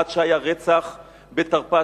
עד שהיה רצח בתרפ"ט,